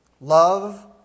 love